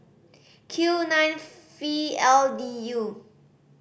Q nine V L D U